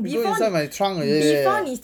it go inside my trunk